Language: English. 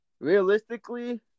Realistically